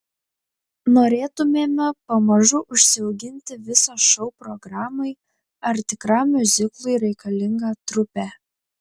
norėtumėme pamažu užsiauginti visą šou programai ar tikram miuziklui reikalingą trupę